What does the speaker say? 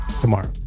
tomorrow